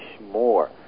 more